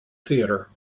theater